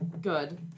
Good